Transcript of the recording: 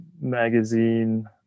magazine